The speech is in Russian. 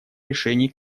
решений